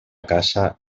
casa